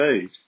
age